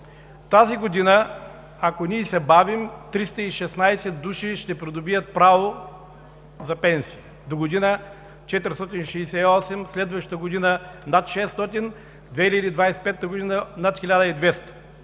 Тази година, ако се бавим, 316 души ще придобият право за пенсия, догодина – 468, следващата година – над 600, 2025 г. – над 1200.